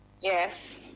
Yes